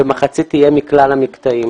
ומחצית יהיה מכלל המקטעים.